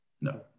No